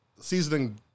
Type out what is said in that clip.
seasoning